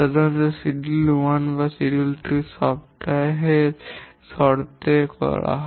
সাধারণত সময়সূচী 1 বা 2 সপ্তাহের শর্তে করা হয়